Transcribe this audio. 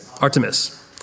Artemis